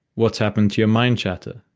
what's happened to your mind chatter?